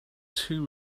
too